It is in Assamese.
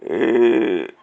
এই